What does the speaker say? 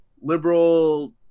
liberal